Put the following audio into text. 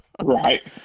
Right